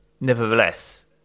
nevertheless